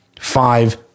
Five